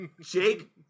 jake